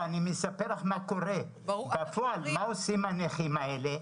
אני מספר לך מה קורה ובפועל מה עושים הנכים האלה.